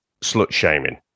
slut-shaming